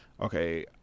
okay